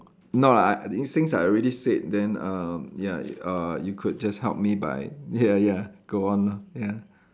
no lah these things I already said then uh ya uh you could just help me by ya ya go on ah ya